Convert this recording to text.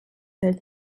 elle